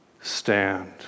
stand